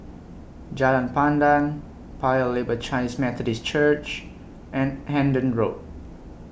Jalan Pandan Paya Lebar Chinese Methodist Church and Hendon Road